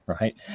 right